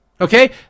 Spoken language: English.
Okay